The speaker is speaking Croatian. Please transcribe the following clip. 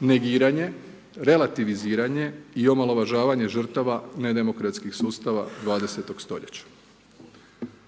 negiranje, relativiziranje i omalovažavanje žrtava nedemokratskih sustava 20. stoljeća.